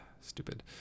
Stupid